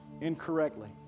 incorrectly